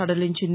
సదలించింది